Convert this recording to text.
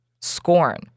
scorn